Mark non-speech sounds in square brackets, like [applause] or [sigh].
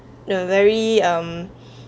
the very um [breath]